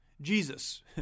Jesus